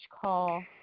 call